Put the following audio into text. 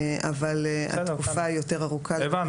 אבל התקופה היא יותר ארוכה לגבי --- הבנו.